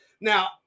Now